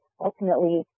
ultimately